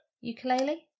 Ukulele